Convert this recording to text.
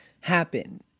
happen